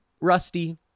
rusty